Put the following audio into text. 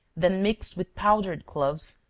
then mixed with powdered cloves,